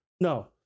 no